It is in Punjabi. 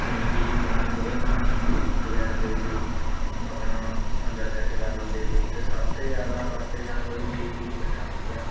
ਜਿਵੇਂ ਕਿ ਜੀ ਪੁਰਾਣੇ ਬੁੜੇ ਤਾਂ ਅਜਵੈਣ ਲੈ ਕੇ ਆਪਣਾ ਅੰਦਰ ਸੈਟ ਕਰ ਲੈਂਦੇ ਤੇ ਅਤੇ ਸਭ ਤੇ ਜ਼ਿਆਦਾ ਵਰਤੇ ਜਾਣ ਵਾਲੀ ਚੀਜ਼ ਸੀ ਜੀ ਮਿੱਠਾ ਸੋਢਾ